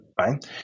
right